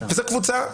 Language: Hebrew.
זו קבוצה אחרת,